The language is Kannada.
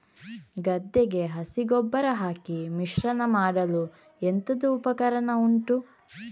ಗದ್ದೆಗೆ ಹಸಿ ಗೊಬ್ಬರ ಹಾಕಿ ಮಿಶ್ರಣ ಮಾಡಲು ಎಂತದು ಉಪಕರಣ ಉಂಟು?